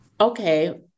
okay